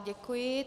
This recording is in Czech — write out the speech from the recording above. Děkuji.